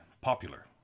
popular